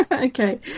Okay